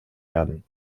werden